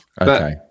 Okay